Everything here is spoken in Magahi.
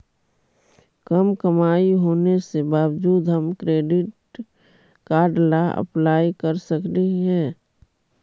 कम कमाई होने के बाबजूद हम क्रेडिट कार्ड ला अप्लाई कर सकली हे?